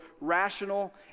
rational